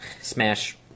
Smash